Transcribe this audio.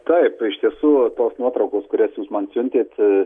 taip iš tiesų tos nuotraukos kurias jūs man siuntėt